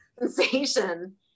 Sensation